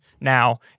now